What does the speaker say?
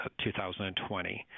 2020